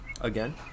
Again